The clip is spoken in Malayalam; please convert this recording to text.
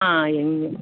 ആ എങ്കിൽ